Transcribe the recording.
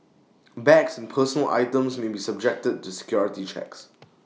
bags and personal items may be subjected to security checks